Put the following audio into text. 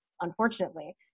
Unfortunately